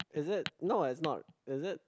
is it no it's not is it